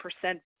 percent